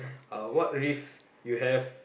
uh what risks you have